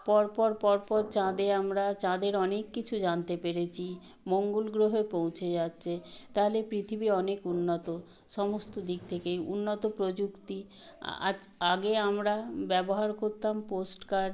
পরপর পরপর চাঁদে আমরা চাঁদের অনেক কিছু জানতে পেরেছি মঙ্গল গ্রহে পৌঁছে যাচ্ছে তালে পৃথিবী অনেক উন্নত সমস্ত দিক থেকেই উন্নত প্রযুক্তি আজ আগে আমরা ব্যবহার করতাম পোস্টকার্ড